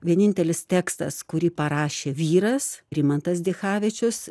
vienintelis tekstas kurį parašė vyras rimantas dichavičius